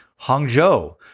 Hangzhou